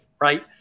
Right